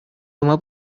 тума